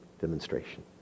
demonstration